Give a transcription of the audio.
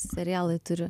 serialai turi